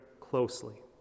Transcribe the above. closely